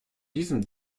diesem